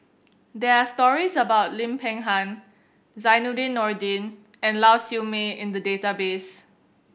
there are stories about Lim Peng Han Zainudin Nordin and Lau Siew Mei in the database